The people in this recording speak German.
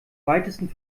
weitesten